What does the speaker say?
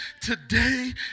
Today